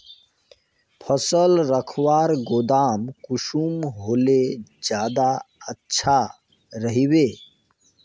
फसल रखवार गोदाम कुंसम होले ज्यादा अच्छा रहिबे?